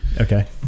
Okay